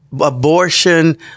abortion